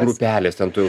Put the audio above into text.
grupelės ten tu jau